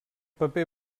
paper